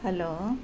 hello